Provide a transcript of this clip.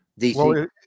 DC